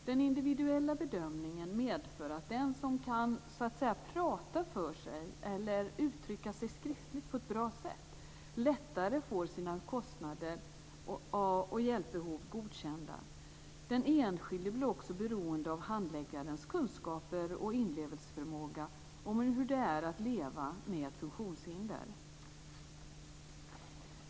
Den individuella bedömningen medför att den som så att säga kan prata för sig eller uttrycka sig skriftligt på ett bra sätt lättare får sina kostnader och hjälpbehov godkända. Den enskilde blir också beroende av handläggarens kunskaper och inlevelseförmåga i hur det är att leva med ett funktionshinder.